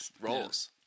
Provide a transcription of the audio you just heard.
Rolls